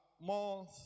month